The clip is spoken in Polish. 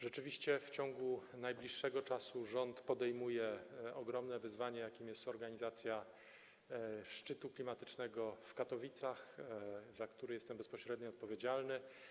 Rzeczywiście, w ciągu najbliższego czasu rząd podejmuje ogromne wyzwanie, jakim jest organizacja szczytu klimatycznego w Katowicach, za który jestem bezpośrednio odpowiedzialny.